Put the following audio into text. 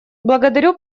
благодарю